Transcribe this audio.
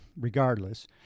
regardless